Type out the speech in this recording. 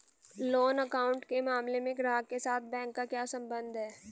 Loan account के मामले में ग्राहक के साथ बैंक का क्या संबंध है?